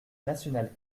nationale